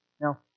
Now